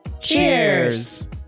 Cheers